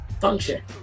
Function